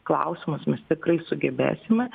klausimus mes tikrai sugebėsime